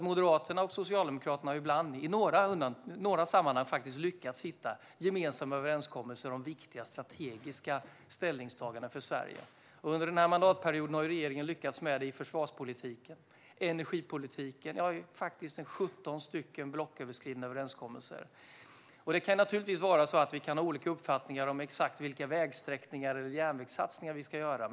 Moderaterna och Socialdemokraterna har i några sammanhang lyckats hitta gemensamma överenskommelser om viktiga strategiska ställningstaganden för Sverige. Under den här mandatperioden har regeringen lyckats med det i försvarspolitiken och energipolitiken. Det finns faktiskt 17 blocköverskridande överenskommelser. Det kan naturligtvis vara så att vi kan ha olika uppfattningar om exakt vilka vägsträckningar eller järnvägssatsningar vi ska göra.